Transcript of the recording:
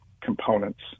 components